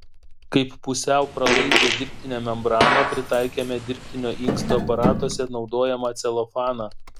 kaip pusiau pralaidžią dirbtinę membraną pritaikėme dirbtinio inksto aparatuose naudojamą celofaną